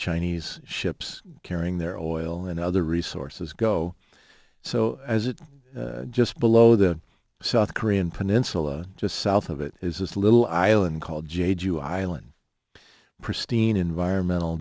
chinese ships carrying their oil and other resources go so as it just below the south korean peninsula just south of it is this little island called jade you island pristine environmental